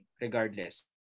regardless